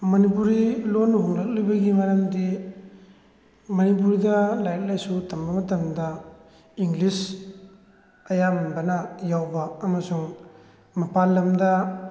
ꯃꯅꯤꯄꯨꯔꯤ ꯂꯣꯟ ꯍꯣꯡꯂꯛꯂꯤꯕꯒꯤ ꯃꯔꯝꯗꯤ ꯃꯅꯤꯄꯨꯔꯗ ꯂꯥꯏꯔꯤꯛ ꯂꯥꯏꯁꯨ ꯇꯝꯕ ꯃꯇꯝꯗ ꯏꯪꯂꯤꯁ ꯑꯌꯥꯝꯕꯅ ꯌꯥꯎꯕ ꯑꯃꯁꯨꯡ ꯃꯄꯥꯜꯂꯝꯗ